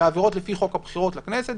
אלא עבירות לפי חוק הבחירות לכנסת,